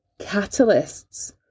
catalysts